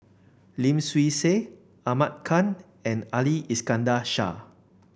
Lim Swee Say Ahmad Khan and Ali Iskandar Shah